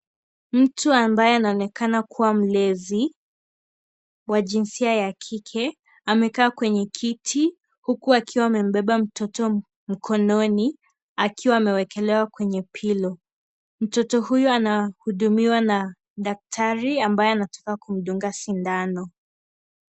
Mtu ambaye anaonekana kuwa mlezi wa jinsia ya kike, amekaa kwenye kiti. Huku akiwa amembeba mtoto mkononi akiwa amewekelewa kwenye pilo. Mtoto huyo anahudumiwa na daktari ambaye anataka kumdunga sindano.